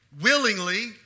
willingly